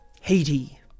Haiti